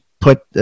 put